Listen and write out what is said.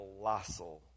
colossal